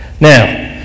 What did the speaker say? Now